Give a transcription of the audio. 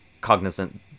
cognizant